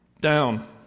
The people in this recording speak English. Down